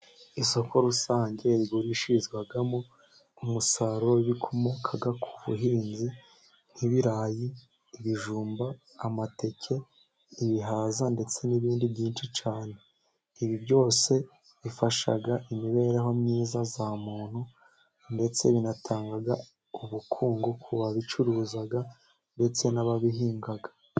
Isoko rusange rigurishirizwamo umusaruro wibibikomoka ku buhinzi nk'ibirayi, ibijumba, amateke, ibihaza ndetse n'ibindi byinshi cyane, ibi byose bifasha imibereho myiza ya muntu, ndetse binatanga ubukungu ku babicuruza ndetse n'ababihinga.